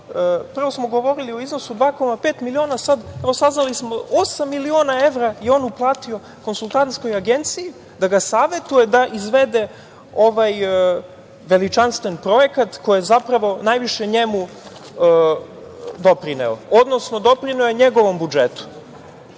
prvo smo govorili o iznosu od 2,5 miliona, sad smo saznali da je on osam miliona evra uplatio konsultantskoj agenciji da ga savetuje da izvede ovaj veličanstven projekat, koji je najviše njemu doprineo, odnosno doprineo je njegovom budžetu.